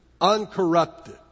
uncorrupted